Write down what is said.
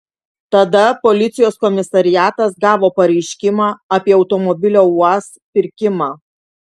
tada policijos komisariatas gavo pareiškimą apie automobilio uaz pirkimą